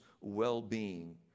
well-being